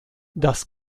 das